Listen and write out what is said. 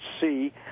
see